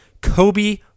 Kobe